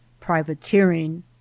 privateering